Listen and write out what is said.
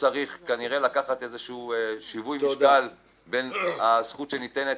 צריך כנראה ליצור איזשהו שיווי משקל בין הזכות שניתנת